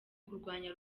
kurwanya